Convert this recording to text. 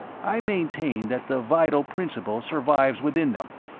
i maintain that the vital principle survives within them.